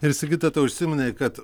ir sigita tu užsiminei kad